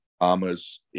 armors